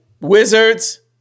Wizards